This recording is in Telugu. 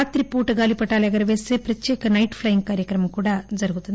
రాత్రిపూట గాలిపటాలు ఎగురవేసి ప్రత్యేక నైట్ ఫ్లయింగ్ కార్యక్రమం కూడా జరుగుతుంది